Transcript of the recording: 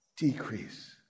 Decrease